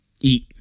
eat